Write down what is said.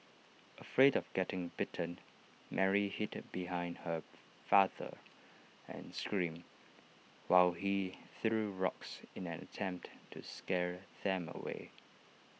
afraid of getting bitten Mary hid behind her father and screamed while he threw rocks in an attempt to scare them away